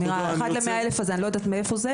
האמירה 1 ל-100 אלף הזה אני לא יודעת מאיפה זה.